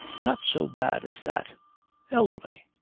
not so bad as that elderly.